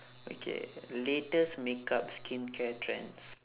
okay latest makeup skincare trends